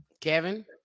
Kevin